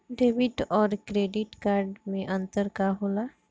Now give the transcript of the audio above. Debit और credit card मे अंतर का होला?